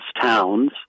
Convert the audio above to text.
towns